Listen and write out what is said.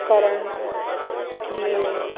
करण में